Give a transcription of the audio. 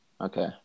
Okay